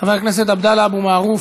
חבר הכנסת עבדאללה אבו מערוף,